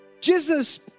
Jesus